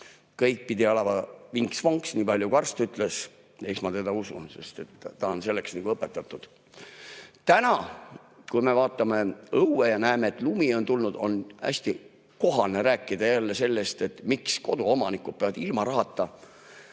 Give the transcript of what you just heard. Kõik pidi olema vinks‑vonks, niipalju kui arst ütles. Eks ma teda usun, sest ta on selleks [välja] õpetatud. Täna, kui me vaatame õue ja näeme, et lumi on tulnud, on hästi kohane rääkida jälle sellest, miks koduomanikud peavad ilma rahata